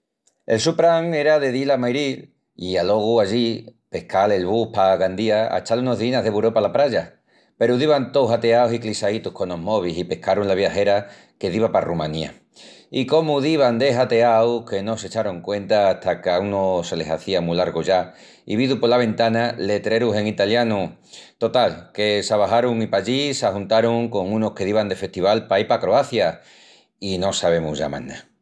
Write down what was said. El su pran era de dil a Mairil i alogu allí pescal el bus pa Gandía a echal unus díinas de bureu pala praya. Peru divan tous hateaus i clissaítus conos mobis i pescarun la viajera que diva pa Rumanía. I cómu divan de hateaus que no s'echarun cuenta hata qu'a unu se le hazía mu largu ya i vidu pola ventana letrerus en italianu. Total que s'abaxarun i pallí s'ajuntarun con unus que divan de festival paí pa Croacia... i no sabemus ya más ná.